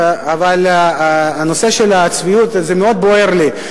אבל הנושא של הצביעות מאוד בוער לי.